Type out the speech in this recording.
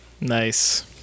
Nice